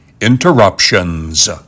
interruptions